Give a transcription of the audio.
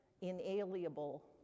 inalienable